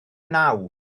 naw